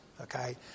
okay